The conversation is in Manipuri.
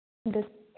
ꯑꯗꯨ